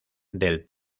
del